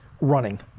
running